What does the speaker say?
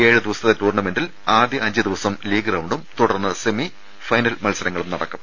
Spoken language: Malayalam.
ഏഴു ദിവസത്തെ ടൂർണമെന്റിൽ ആദ്യ അഞ്ചു ദിവസം ലീഗ് റൌണ്ടും തുടർന്ന് സെമി ഫൈനൽ മത്സരങ്ങളും നടക്കും